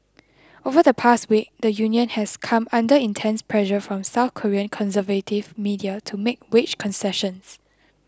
over the past week the union has come under intense pressure from South Korean conservative media to make wage concessions